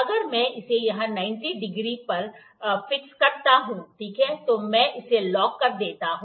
अगर मैं इसे यहां 90 डिग्री पर फिक्स करता हूं ठीक है तो मैं इसे लॉक कर देता हूं